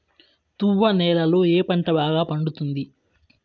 తువ్వ నేలలో ఏ పంట బాగా పండుతుంది?